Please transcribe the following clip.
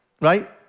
right